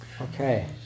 okay